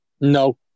No